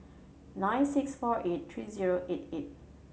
nine six four eight three zero eight eight